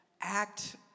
act